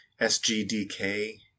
SGDK